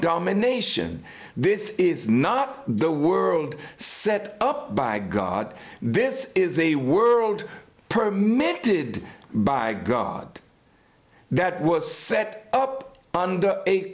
domination this is not the world set up by god this is a world permit did by god that was set up under